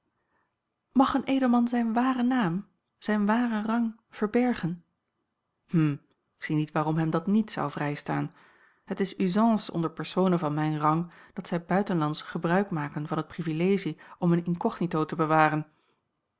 mag een edelman zijn waren naam zijn waren rang verbergen hm ik zie niet waarom hem dat niet zou vrijstaan het is usance onder personen van mijn rang dat zij buitenlands gebruik maken van het privilegie om hun incognito te bewaren